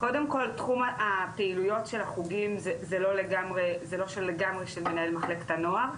קודם כל הפעילויות של החוגים זה לא לגמרי של מנהל מחלקת הנוער,